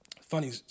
funny